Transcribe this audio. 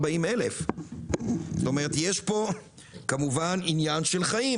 יש פה עניין של חיים,